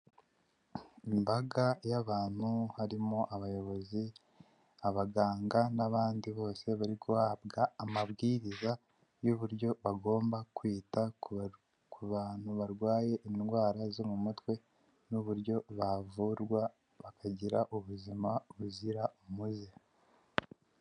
Imbaga y'abantu harimo abayobozi, abaganga n'abandi bose bari guhabwa amabwiriza y'uburyo bagomba kwita ku bantu barwaye indwara zo mu mutwe n'uburyo bavurwa bakagira ubuzima buzira umuze.